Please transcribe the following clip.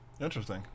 Interesting